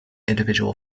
individual